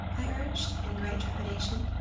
i urged, in great trepidation.